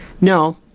No